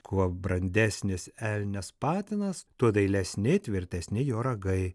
kuo brandesnis elnias patinas tuo dailesni tvirtesni jo ragai